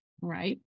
Right